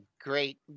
great